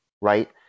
right